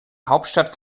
hauptstadt